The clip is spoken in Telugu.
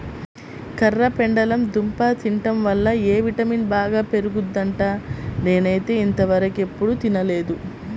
కర్రపెండలం దుంప తింటం వల్ల ఎ విటమిన్ బాగా పెరుగుద్దంట, నేనైతే ఇంతవరకెప్పుడు తినలేదు